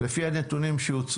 לפי הנתונים שהוצאו.